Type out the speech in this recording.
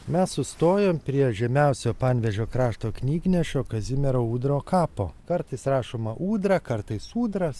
mes sustojom prie žymiausio panevėžio krašto knygnešio kazimiero ūdro kapo kartais rašoma ūdra kartais ūdras